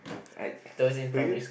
like for you